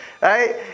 right